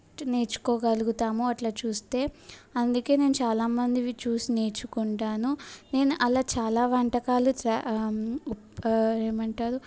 నేర్చుకోగలుగుతాము అట్లా చూస్తే అందుకు నేను చాలా మందివి చూసి నేర్చుకుంటాను నేను అలా చాలా వంటకాలు చ ఏమంటారు